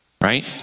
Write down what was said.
Right